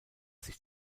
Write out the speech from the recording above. sich